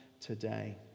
today